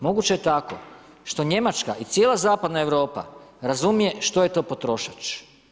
Moguće je tako što Njemačka i cijela zapadna Europa razumije što je to potrošač.